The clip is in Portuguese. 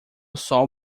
sol